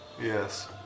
Yes